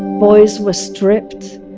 boys were stripped,